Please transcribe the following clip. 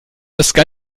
unser